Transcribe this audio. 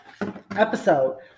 episode